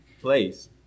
place